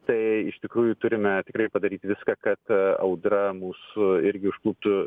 tai iš tikrųjų turime tikrai padaryti viską kad audra mus irgi užkluptų